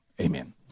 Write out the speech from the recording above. Amen